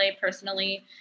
personally